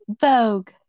Vogue